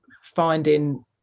finding